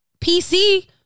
PC